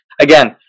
again